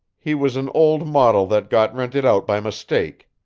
he was an old model that got rented out by mistake.